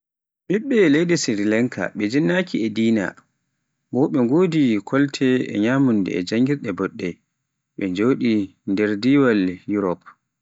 ɓiɓɓe leydi Sirilenka, ɓe jinnaki e dina, bo ɓe wodi kolte e nyamunda e janngirde boɗɗe, ɓe njoɗe nder Diwal yurop.